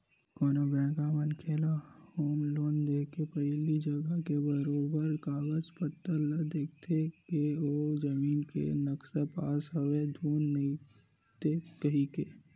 कोनो बेंक ह मनखे ल होम लोन देके पहिली जघा के बरोबर कागज पतर ल देखथे के ओ जमीन के नक्सा पास हवय धुन नइते कहिके